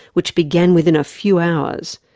which began within a few hours.